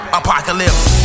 apocalypse